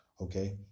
okay